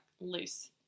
loose